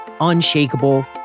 unshakable